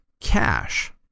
cash